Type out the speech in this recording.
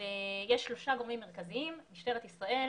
ישנם שלושה גורמים מרכזיים: משטרת ישראל,